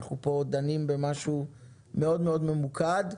אלא אנחנו דנים פה במשהו מאוד ממוקד.